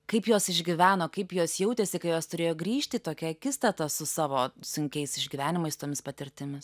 kaip jos išgyveno kaip jos jautėsi kai jos turėjo grįžti į tokią akistatą su savo sunkiais išgyvenimais tomis patirtimis